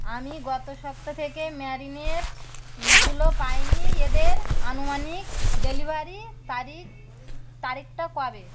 আমি গত সপ্তাহ থেকে ম্যাগনেটগুলো পাইনি এদের আনুমানিক ডেলিভারির তারিখ তারিখটা কবে